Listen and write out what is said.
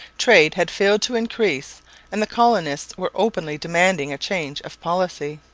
trade had failed to increase and the colonists were openly demanding a change of policy.